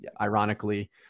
ironically